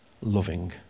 loving